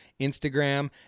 Instagram